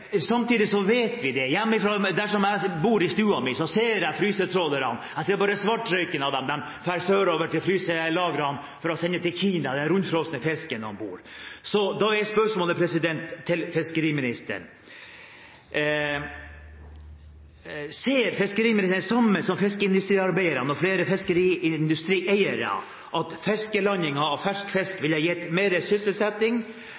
jeg bor, ser jeg frysetrålerne, jeg ser bare svartrøyken av dem – de reiser sørover til fryselagrene for å sende den rundfrosne fisken om bord til Kina. Da er spørsmålet til fiskeriministeren: Ser fiskeriministeren det samme som fiskeindustriarbeiderne og flere fiskeindustrieiere, at fiskelandingen av fersk